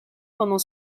pendant